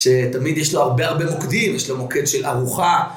שתמיד יש לו הרבה הרבה מוקדים, יש לו מוקד של ארוחה.